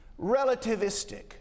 Relativistic